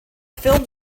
films